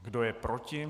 Kdo je proti?